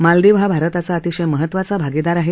मालदीव हा भारताचा अतिशय महत्त्वाचा भागिदार आहे